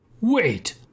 Wait